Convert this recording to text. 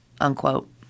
Unquote